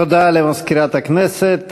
תודה למזכירת הכנסת.